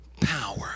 power